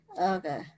Okay